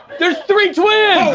there's three twins!